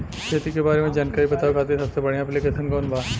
खेती के बारे में जानकारी बतावे खातिर सबसे बढ़िया ऐप्लिकेशन कौन बा?